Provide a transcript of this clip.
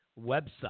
website